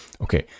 Okay